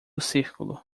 círculo